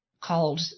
called